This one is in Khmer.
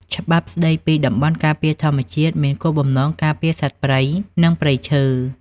ច្បាប់ស្តីពីតំបន់ការពារធម្មជាតិមានគោលបំណងការពារសត្វព្រៃ និងព្រៃឈើ។